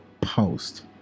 post